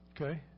okay